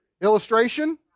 Illustration